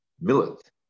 millet